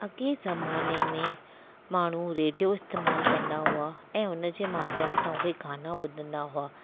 अॻे ज़माने में माण्हू रेडियो इस्तेमालु कंदा हुआ ऐं हुनजे माध्यम सां उहे गाना ॿुधंदा हुआ